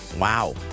Wow